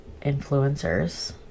influencers